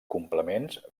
complements